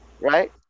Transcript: Right